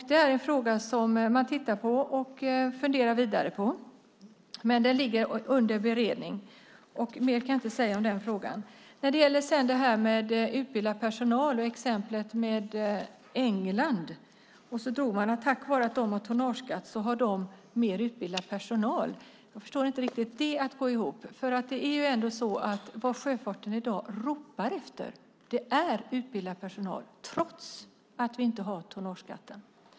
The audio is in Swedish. Det är en fråga som man tittar på och funderar vidare på. Den ligger alltså under beredning. Mer kan jag inte säga om den frågan. Claes-Göran Brandin tog upp det här med utbildad personal och exemplet England. Han sade att tack vare att man har tonnageskatt har man mer utbildad personal. Jag får inte riktigt det att gå ihop. Vad sjöfarten i dag ropar efter är utbildad personal trots att vi inte har tonnageskatten.